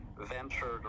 ventured